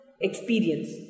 experience